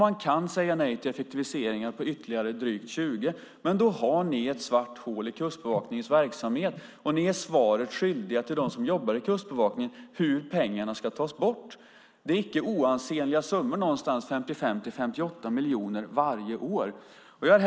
Man kan säga nej till effektiviseringar på ytterligare drygt 20 miljoner, men då har ni, Peter Jeppsson, ett svart hål i Kustbevakningens verksamhet och ni är svaret skyldiga dem som jobbar i Kustbevakningen beträffande hur pengarna ska tas bort. 55-58 miljoner varje år är en icke oansenlig summa.